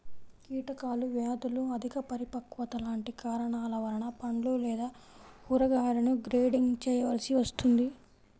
కీటకాలు, వ్యాధులు, అధిక పరిపక్వత లాంటి కారణాల వలన పండ్లు లేదా కూరగాయలను గ్రేడింగ్ చేయవలసి వస్తుంది